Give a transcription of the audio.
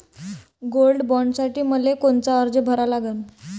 Gold बॉण्डसाठी मले कोनचा अर्ज भरा लागन?